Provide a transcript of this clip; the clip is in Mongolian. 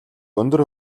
өндөр